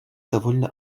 довольно